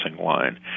line